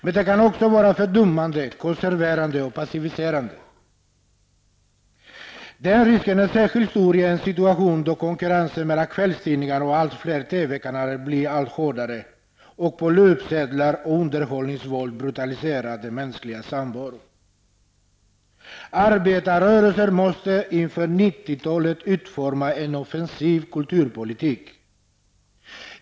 Men den kan också vara fördummande, konserverande och passiviserande. Den risken är särskilt stor i en situation då konkurrensen mellan kvällstidningarna och allt fler TV-kanaler blir allt hårdare, och då löpsedlar och underhållningsvåld brutaliserar den mänskliga samvaron. Arbetarrörelsen måste inför 90-talet utforma en offensiv kulturpolitik.